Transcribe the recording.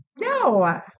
No